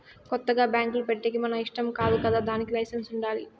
కొత్తగా బ్యాంకులు పెట్టేకి మన ఇష్టం కాదు కదా దానికి లైసెన్స్ ఉండాలి